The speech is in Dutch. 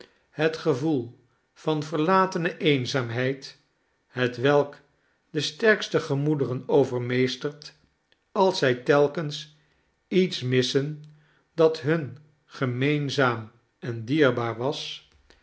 het gevoel van verlatene eenzaamheid hetwelk de sterkste gemoederen overmeestert als zij telkens iets missen dat hun gemeenzaam en dierbaar was